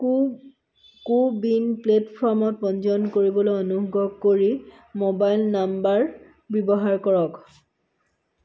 কো CoWIN প্লে'টফৰ্মত পঞ্জীয়ন কৰিবলৈ অনুগ্ৰহ কৰি মোবাইল নাম্বাৰ ব্যৱহাৰ কৰক